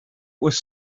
was